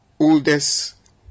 oldest